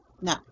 No